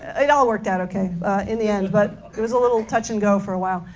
it all worked out ok in the end, but it was a little touch and go for a while.